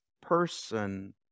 person